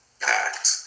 packed